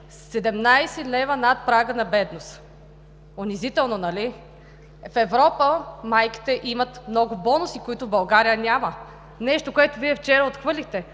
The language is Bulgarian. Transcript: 17 лв. над прага на бедност?! Унизително, нали? В Европа майките имат много бонуси, които в България нямат. Нещо, което вчера Вие отхвърлихте